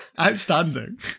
Outstanding